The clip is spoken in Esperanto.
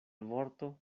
vorto